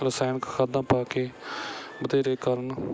ਰਸਾਇਣਿਕ ਖਾਦਾਂ ਪਾ ਕੇ ਬਥੇਰੇ ਕਰਨ